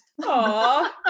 Aww